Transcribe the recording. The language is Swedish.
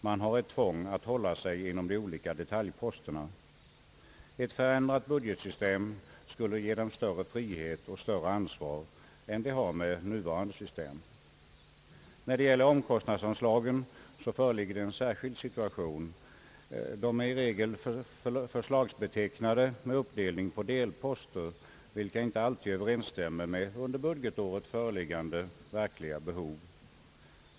Man har ett tvång att hålla sig inom de olika detaljposterna. Ett förändrat budgetsystem skulle ge dem både större frihet och större ansvar än de har med nuvarande system. När det gäller omkostnadsanslagen föreligger en särskild situation. Dessa är i regel betecknade som förslagsanslag med uppdelning på delposter, vilket inte alltid överensstämmer med under budgetåret föreliggande verkliga behov.